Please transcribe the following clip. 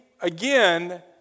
again